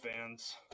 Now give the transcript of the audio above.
fans